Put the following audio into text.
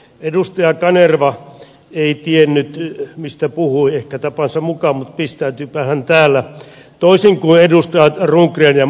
edustaja kanerva ei tiennyt mistä puhui ehkä tapansa mukaan mutta pistäytyipähän täällä toisin kuin edustajat rundgren ja mustajärvi